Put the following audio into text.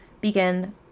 begin